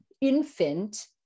infant